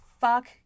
Fuck